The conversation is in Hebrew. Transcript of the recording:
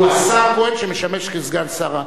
הוא השר כהן שמשמש כסגן שר.